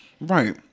Right